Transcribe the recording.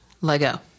Lego